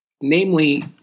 Namely